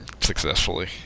successfully